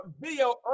video